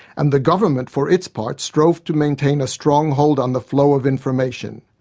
and the government, for its part, strove to maintain a strong hold on the flow of information.